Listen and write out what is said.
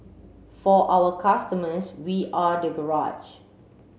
for our customers we are the garage